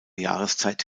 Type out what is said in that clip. jahreszeit